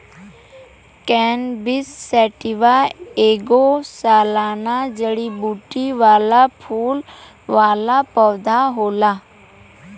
cannabis sativa ऐगो सालाना जड़ीबूटी वाला फूल वाला पौधा होला